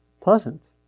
pleasant